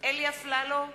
אלי אפללו,